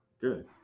Good